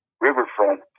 riverfront